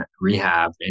rehab